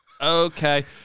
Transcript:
okay